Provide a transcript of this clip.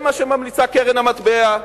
זה מה שממליצה קרן המטבע,